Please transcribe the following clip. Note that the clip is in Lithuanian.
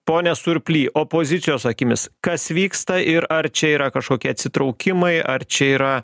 pone surply opozicijos akimis kas vyksta ir ar čia yra kažkokie atsitraukimai ar čia yra